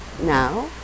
now